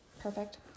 Perfect